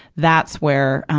that's where, ah,